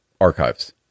archives